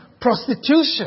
prostitution